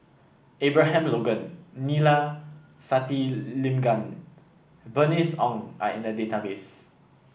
Abraham Logan Neila Sathyalingam Bernice Ong are in the database